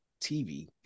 tv